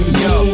yo